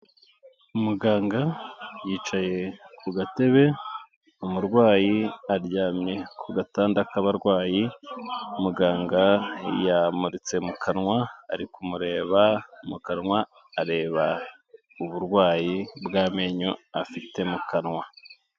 Muganga yicaye ku gatebe, umurwayi aryamye ku gatanda k'abarwayi, muganga yamuritse mu kanwa, ari kumureba mu kanwa, areba uburwayi bw'amenyo afite mu kanwa.